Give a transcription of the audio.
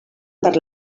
per